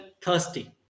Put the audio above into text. thirsty